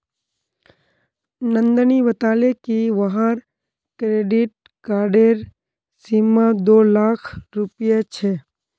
नंदनी बताले कि वहार क्रेडिट कार्डेर सीमा दो लाख रुपए छे